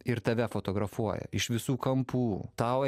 ir tave fotografuoja iš visų kampų tau